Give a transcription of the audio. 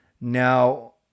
Now